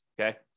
Okay